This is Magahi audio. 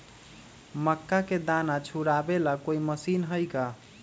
मक्का के दाना छुराबे ला कोई मशीन हई का?